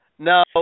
No